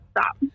stop